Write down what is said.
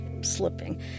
slipping